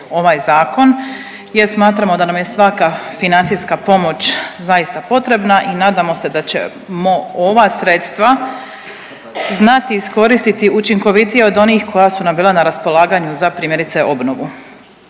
smatramo jer smatramo da nam je svaka financijska pomoć zaista potrebna i nadamo se da ćemo ova sredstva znati iskoristiti učinkovitije od onih koja su nam bila na raspolaganju za primjerice obnovu.